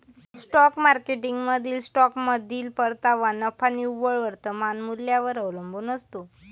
stock मार्केटमधील स्टॉकमधील परतावा नफा निव्वळ वर्तमान मूल्यावर अवलंबून असतो